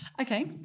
Okay